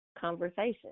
conversation